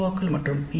ஓக்கள் மற்றும் பி